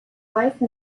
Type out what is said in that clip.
wife